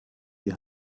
die